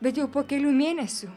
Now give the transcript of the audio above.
bet jau po kelių mėnesių